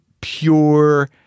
pure